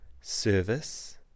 service